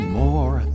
more